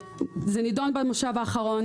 זה נדון במושב האחרון